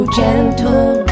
gentle